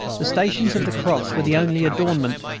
the stations of the cross were the only adornment,